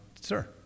sir